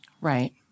Right